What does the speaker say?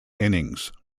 innings